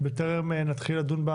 בטרם נתחיל לדון.